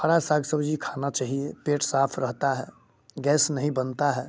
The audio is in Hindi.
हरा साग सब्जी खाना चाहिए पेट साफ रहता है गैस नहीं बनता है